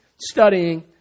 studying